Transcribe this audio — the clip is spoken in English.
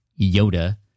Yoda